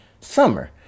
Summer